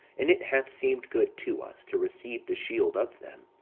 and it hath seemed good to us to receive the shield of them.